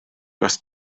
kas